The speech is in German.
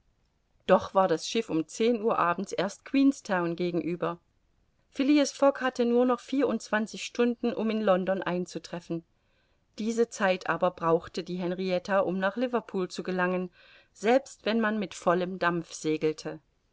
doch war das schiff um zehn uhr abends erst queenstown gegenüber phileas fogg hatte nur noch vierundzwanzig stunden um in london einzutreffen diese zeit aber brauchte die henrietta um nach liverpool zu gelangen selbst wenn man mit vollem dampf segelte